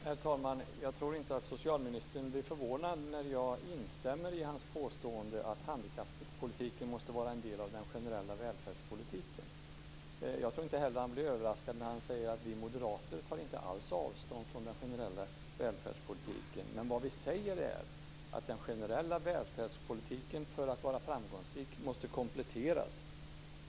Herr talman! Jag tror inte att socialministern blir förvånad när jag instämmer i hans påstående att handikappolitiken måste vara en del av den generella välfärdspolitiken. Jag tror inte heller att han blir överraskad när jag säger att vi moderater inte alls tar avstånd från den generella välfärdspolitiken. Men vi säger att den generella välfärdspolitiken måste kompletteras för att vara framgångsrik.